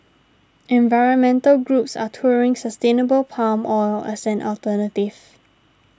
environmental groups are touting sustainable palm oil as an alternative